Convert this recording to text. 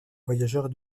voyageurs